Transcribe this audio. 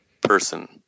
person